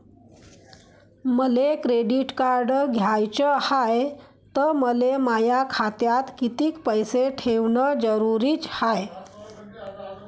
मले credit card घ्याचं हाय, त मले माया खात्यात कितीक पैसे ठेवणं जरुरीच हाय?